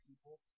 people